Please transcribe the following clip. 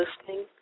listening